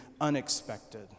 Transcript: unexpected